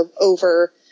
over